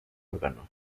órgano